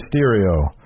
Mysterio